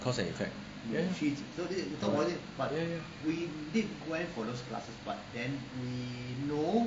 cause and effect ya ya ya